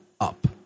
up